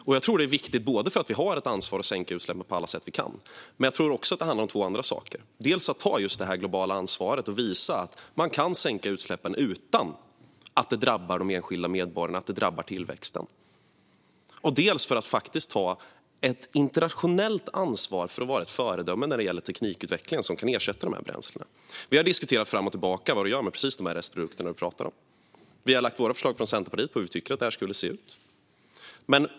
Det är viktigt, för vi har ett ansvar att sänka utsläppen på alla sätt vi kan, men jag tror också att det handlar om två andra saker. Det handlar dels om att ta just det globala ansvaret och visa att man kan sänka utsläppen utan att det drabbar de enskilda medborgarna och tillväxten, dels om att ta ett internationellt ansvar och vara ett föredöme när det gäller utveckling av teknik som kan ersätta dessa bränslen. Vi har diskuterat fram och tillbaka vad man gör med just de restprodukter som vi pratar om. Vi i Centerpartiet har lagt våra förslag till hur vi tycker att det här skulle se ut.